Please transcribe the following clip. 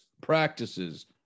practices